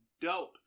dope